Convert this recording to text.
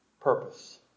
purpose